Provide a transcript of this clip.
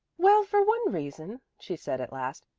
well, for one reason, she said at last,